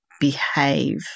behave